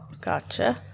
gotcha